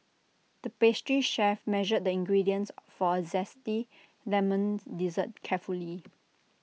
the pastry chef measured the ingredients for A Zesty Lemon Dessert carefully